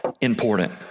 important